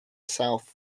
south